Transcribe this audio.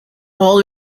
all